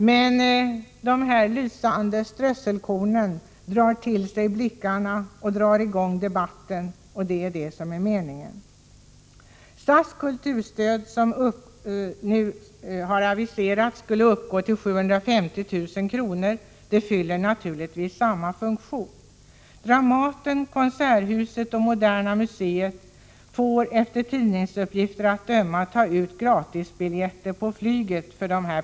Men det glesa strösslet drar till sig blickarna och sätter i gång debatten, vilket naturligtvis är meningen. SAS kulturstöd, som enligt vad som aviserats skall uppgå till 750 000 kr., fyller naturligtvis samma funktion. Dramaten, Konserthuset och Moderna museet får, efter tidningsuppgifter att döma, ta ut gratisbiljetter för 250 000 kr.